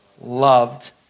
loved